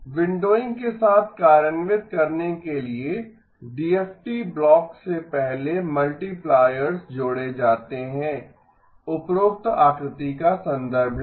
windowing के साथ कार्यान्वित करने के लिए डीएफटी ब्लॉक से पहले मल्टीप्लायर्स जोड़े जाते हैं उपरोक्त आकृति का संदर्भ लें